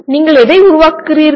நீங்கள் எதை உருவாக்குகிறீர்கள்